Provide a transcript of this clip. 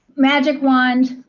magic wand,